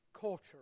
culture